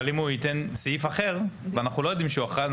אבל אם הוא ייתן סעיף אחר ואנחנו לא יודעים שהוא אחראי?